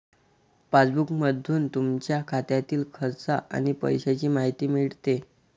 पासबुकमधून तुमच्या खात्यातील खर्च आणि पैशांची माहिती मिळते